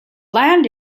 land